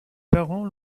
parents